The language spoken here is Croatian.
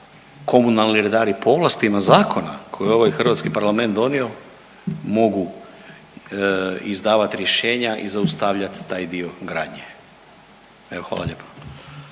komunalni redari po ovlastima zakona koje je ovaj Hrvatski parlament donio mogu izdavati rješenja i zaustavljati taj dio gradnje. Evo hvala lijepo.